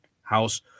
house